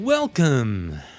Welcome